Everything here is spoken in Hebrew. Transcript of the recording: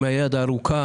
הם היד הארוכה,